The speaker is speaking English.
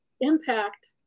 impact